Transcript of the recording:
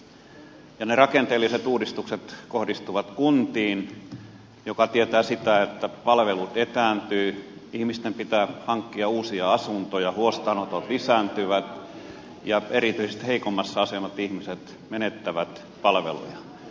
ja ne rakenteelliset uudistukset kohdistuvat kuntiin mikä tietää sitä että palvelut etääntyvät ihmisten pitää hankkia uusia asuntoja huostaanotot lisääntyvät ja erityisesti heikommassa asemassa olevat ihmiset menettävät palveluja